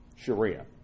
Sharia